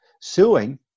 suing